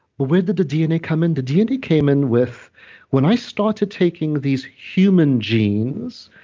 but where did the dna come in? the dna came in with when i started taking these human genes,